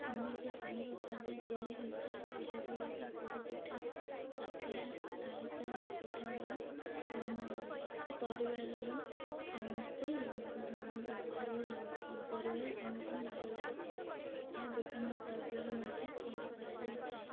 ଏମିତି ଅନେକ ଖାଦ୍ୟ ତିଆରି ହୋଇଥାଏ ଯେହେପରିକି ପୋଡ଼ ପିଠା କାକରା ଆରିସା ପିଠାକୁ ଆମ ପରିବାରର ସମସ୍ତେ ଭଲ ପରିବାରର ସମସ୍ତଙ୍କୁ ଭଲ ଲାଗିଥାଏ ଏହା ବିଭିନ୍ନ ପର୍ବରେ ମଧ୍ୟ ତିଆରି କରାଯାଇଥାଏ